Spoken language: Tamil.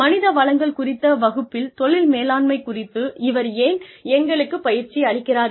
மனித வளங்கள் குறித்த வகுப்பில் தொழில் மேலாண்மை குறித்து இவர் ஏன் எங்களுக்குப் பயிற்சி அளிக்கிறார்